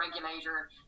regulator